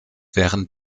während